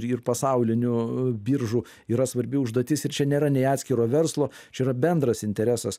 ir pasaulinių biržų yra svarbi užduotis ir čia nėra nei atskiro verslo čia yra bendras interesas